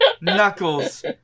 Knuckles